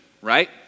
right